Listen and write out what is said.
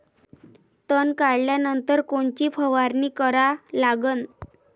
तन काढल्यानंतर कोनची फवारणी करा लागन?